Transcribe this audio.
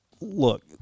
look